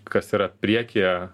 kas yra priekyje